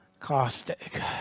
Caustic